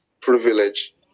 privilege